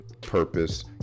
purpose